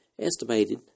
estimated